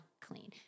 clean